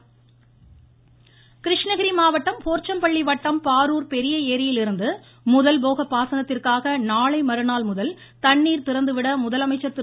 தண்ணீர் திறப்பு கிருஷ்ணகிரி மாவட்டம் போர்ச்சம்பள்ளி வட்டம் பாரூர் பெரிய ஏரியிலிருந்து முதல்போக பாசனத்திற்காக நாளை மறுநாள்முதல் தண்ணீர் திறந்துவிட முதலமைச்சர் திரு